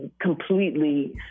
completely